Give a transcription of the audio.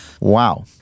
Wow